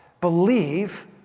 believe